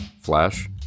Flash